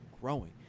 growing